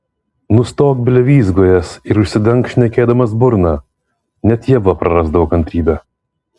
nustok blevyzgojęs ir užsidenk šnekėdamas burną net ieva prarasdavo kantrybę